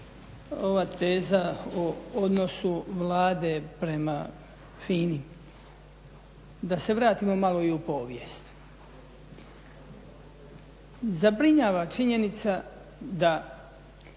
ova teza o odnosu Vlade prema FINA-i. Da se vratimo malo i u povijest. Zabrinjava činjenica da